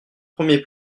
premiers